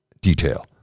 detail